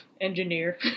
engineer